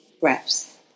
breaths